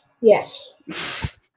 Yes